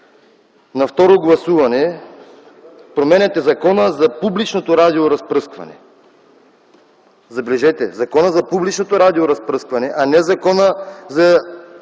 На второ гласуване променяте Закона за публичното радиоразпръскване. Забележете, Закона за публичното радиоразпръскване, а не Закона за